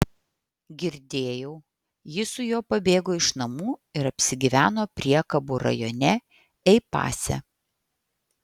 girdėjau ji su juo pabėgo iš namų ir apsigyveno priekabų rajone ei pase